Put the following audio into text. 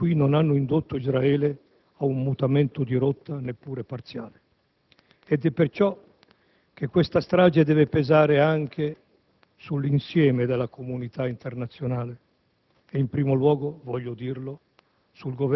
Ma condanne e deplorazioni fin qui non hanno indotto Israele a un mutamento di rotta neppure parziale ed è per questo che questa strage deve pesare anche sull'insieme della comunità internazionale